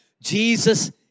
Jesus